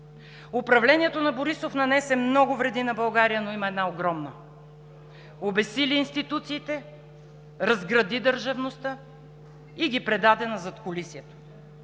Управлението на Борисов нанесе много вреди на България, но има една огромна – обезсили институциите, разгради държавността, и ги предаде на задкулисието.